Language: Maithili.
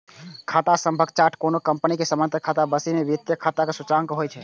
खाता सभक चार्ट कोनो कंपनी के सामान्य खाता बही मे सब वित्तीय खाताक सूचकांक होइ छै